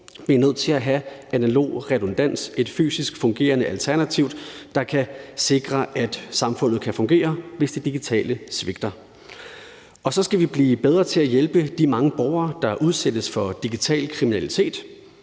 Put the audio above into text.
Vi er nødt til at have analog redundans – et fysisk fungerende alternativ, der kan sikre, at samfundet kan fungere, hvis det digitale svigter. Så skal vi også blive bedre til at hjælpe de mange borgere, der udsættes for digital kriminalitet.